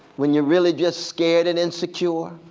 when you're really just scared and insecure.